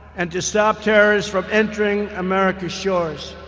and to stop terrorists from entering america's shores,